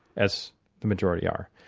as the majority are.